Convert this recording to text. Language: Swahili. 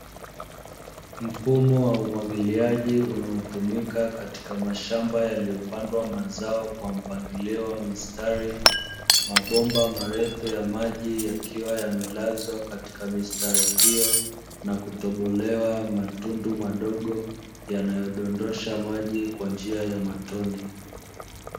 Mfumo wa umwagiliaji unaotumika katika mashamba yaliyopandwa mazao kwa mpangilio wa mistari, mabomba marefu ya maji yakiwa yamelazwa katika mistari hiyo na kutobolewa matundu madogo yanayodondosha maji kwa njia ya matone.